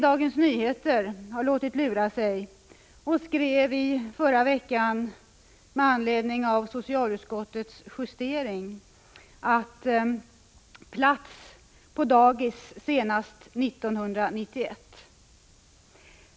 Dagens Nyheter har låtit lura sig och skrev i förra veckan med anledning av socialutskottets justering: Plats på dagis senast 1991.